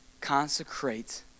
consecrate